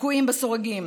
תקועים בסורגים.